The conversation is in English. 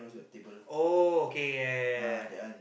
oh okay ya ya ya ya ya